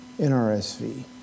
NRSV